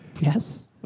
Yes